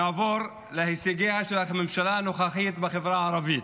נעבור להישגיה של הממשלה הנוכחית בחברה הערבית.